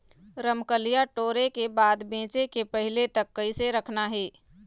रमकलिया टोरे के बाद बेंचे के पहले तक कइसे रखना हे?